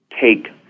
take